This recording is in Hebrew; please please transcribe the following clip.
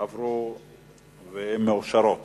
160 ו-169 נתקבלה.